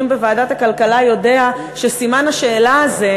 בוועדת הכלכלה יודע שסימן השאלה הזה,